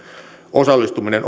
osallistuminen